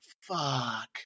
fuck